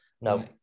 No